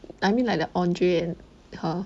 I mean like the andrea and her